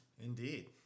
Indeed